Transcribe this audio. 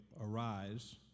Arise